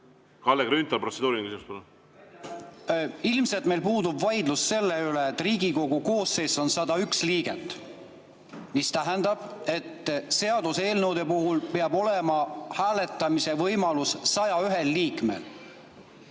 Kalle Grünthal, protseduuriline küsimus. Ilmselt meil puudub vaidlus selle üle, et Riigikogu koosseis on 101 liiget. See tähendab, et seaduseelnõude puhul peab olema hääletamise võimalus 101 liikmel.